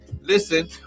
listen